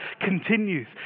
continues